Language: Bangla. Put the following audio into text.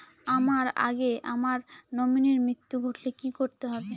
আমার আগে আমার নমিনীর মৃত্যু ঘটলে কি করতে হবে?